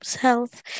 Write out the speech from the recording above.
health